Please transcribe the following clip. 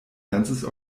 ganzes